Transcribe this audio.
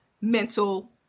mental